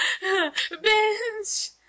Bitch